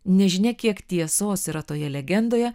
nežinia kiek tiesos yra toje legendoje